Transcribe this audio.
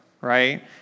Right